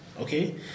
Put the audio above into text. Okay